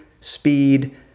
speed